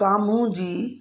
साम्हूं जी